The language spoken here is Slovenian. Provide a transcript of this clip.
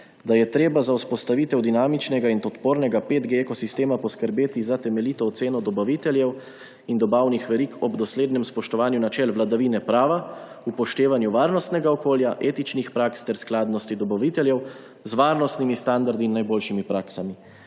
da je treba za vzpostavitev dinamičnega in podpornega 5G ekosistema poskrbeti za temeljito oceno dobaviteljev in dobavnih verig ob doslednem spoštovanju načel vladavine prava, upoštevanju varnostnega okolja, etičnih praks ter skladnosti dobaviteljev, z varnostnimi standardi in najboljšimi praksami.